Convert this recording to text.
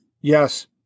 Yes